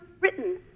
written